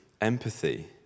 empathy